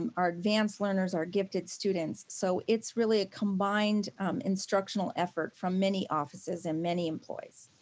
um our advanced learners, our gifted students, so it's really a combined instructional effort from many offices and many employees.